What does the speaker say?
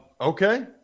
Okay